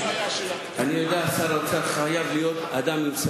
לא רק בעיה של התקנים.